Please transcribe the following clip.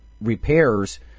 repairs